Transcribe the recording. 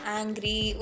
angry